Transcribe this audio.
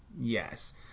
Yes